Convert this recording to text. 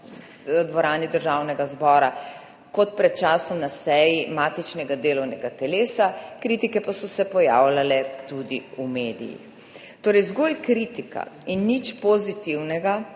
dvorani Državnega zbora kot pred časom na seji matičnega delovnega telesa. Kritike pa so se pojavljale tudi v medijih. Torej, zgolj kritika in nič pozitivnega,